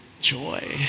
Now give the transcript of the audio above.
joy